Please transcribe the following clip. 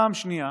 פעם שנייה,